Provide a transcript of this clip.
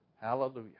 Hallelujah